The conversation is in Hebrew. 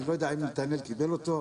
אני לא יודע אם נתנאל קיבל אותו,